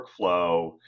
workflow